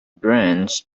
branch